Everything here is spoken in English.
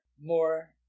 More